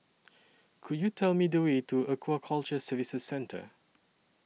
Could YOU Tell Me The Way to Aquaculture Services Centre